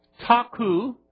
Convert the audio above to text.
taku